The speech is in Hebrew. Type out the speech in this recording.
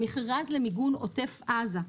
המכרז למיגון עוטף עזה.